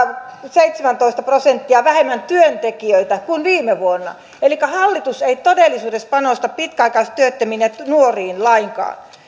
seitsemäntoista prosenttia vähemmän työntekijöitä kuin viime vuonna elikkä hallitus ei todellisuudessa panosta pitkäaikaistyöttömiin ja nuoriin lainkaan me tiedämme että